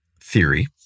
theory